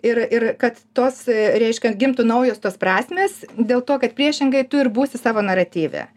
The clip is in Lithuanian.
ir ir kad tos reiškia gimtų naujos tos prasmės dėl to kad priešingai tu ir būsi savo naratyve